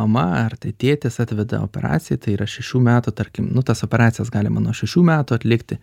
mama ar tai tėtis atveda operacijai tai yra šešių metų tarkim nu tas peracijas galima nuo šešių metų atlikti